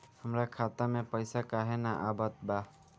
हमरा खाता में पइसा काहे ना आवत बा?